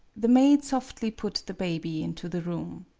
the maid softly put the baby into the room.